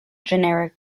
generic